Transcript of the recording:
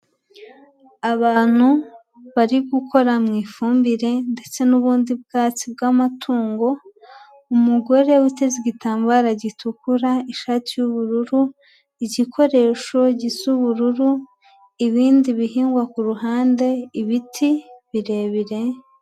Abantu bari gukora mu ifumbire ndetse n'ubundi bwatsi bw'amatungo, umugore uteze igitambara gitukura ishati y'ubururu, igikoresho gisa ubururu ibindi bihingwa ku ruhande ibiti birebire.